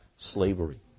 Slavery